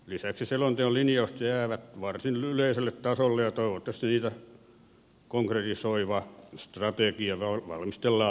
lisäksi selonteon linjaukset jäävät varsin yleiselle tasolle ja toivottavasti niitä konkretisoiva strategia valmistellaan viipymättä